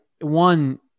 One